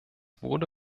wurde